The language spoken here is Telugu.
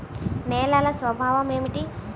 నేలల స్వభావం ఏమిటీ?